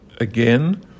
again